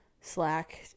slack